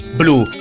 blue